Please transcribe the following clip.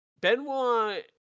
benoit